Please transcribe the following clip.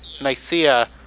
Nicaea